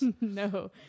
No